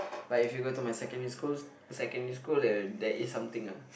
but if you go to my secondary schools secondary school there there is something ah